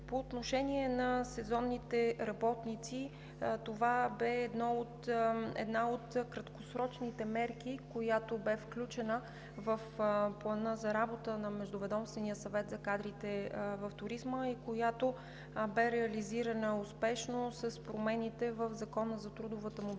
По отношение на сезонните работници, това беше една от краткосрочните мерки, включена в Плана за работа на Междуведомствения съвет за кадрите в туризма и, която беше реализирана успешно с промените в Закона за трудовата мобилност и